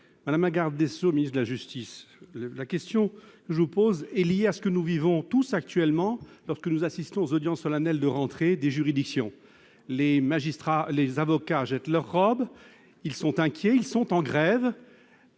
Madame la garde des sceaux, ministre de la justice, la question que je vous pose est liée à ce que nous vivons tous actuellement lorsque nous assistons aux audiences solennelles de rentrée des juridictions : les avocats jettent leur robe ; ils sont inquiets ; ils sont en grève.